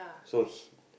so he